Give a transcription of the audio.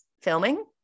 filming